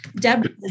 Deb